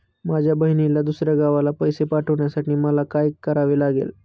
माझ्या बहिणीला दुसऱ्या गावाला पैसे पाठवण्यासाठी मला काय करावे लागेल?